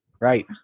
right